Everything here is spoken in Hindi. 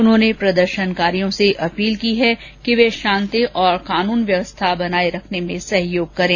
उन्होंने प्रदर्शनकारियों से अपील की है कि वे शांति और कानून व्यवस्था बनाए रखने में सहयोग करें